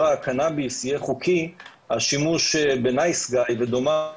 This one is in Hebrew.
הקנביס יהיה חוקי השימוש ב'נייס גאי' ודומיו